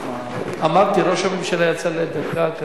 אמרתי שראש הממשלה יצא לדקה.